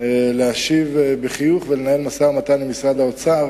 להשיב בחיוב ולנהל משא-ומתן עם משרד האוצר